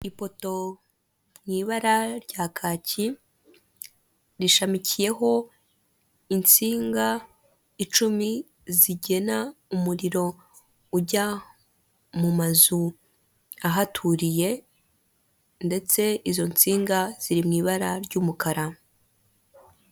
Ipoto mu ibara rya kaki rishamikiyeho insinga icumi zigena umuriro ujya mu mazu ahaturiye ndetse izo nsinga ziri mu ibara ry'umukara.